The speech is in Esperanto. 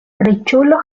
riĉulo